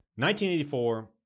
1984